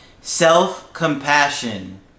self-compassion